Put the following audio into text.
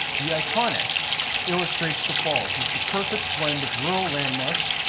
the iconic illustrates the falls as the perfect blend of rural landmarks,